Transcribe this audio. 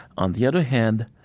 on the other hand,